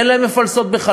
אין להם מפלסות בכלל,